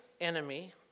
enemy